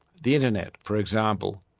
the internet, for example,